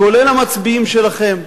כולל המצביעים שלכם.